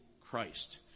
Christ